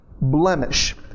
blemish